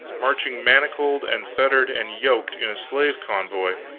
marching manacled and fettered and yoked, in a slave convoy,